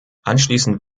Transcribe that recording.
anschließend